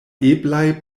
eblaj